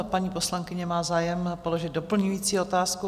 Paní poslankyně má zájem položit doplňující otázku.